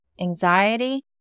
anxiety